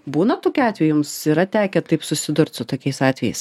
būna tokių atvejų jums yra tekę taip susidurt su tokiais atvejais